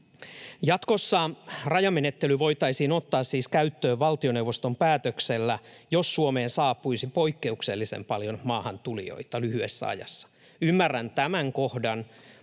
Jatkossa rajamenettely voitaisiin ottaa siis käyttöön valtioneuvoston päätöksellä, jos Suomeen saapuisi poikkeuksellisen paljon maahantulijoita lyhyessä ajassa. Ymmärrän tämän kohdan,